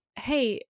hey